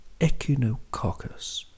Echinococcus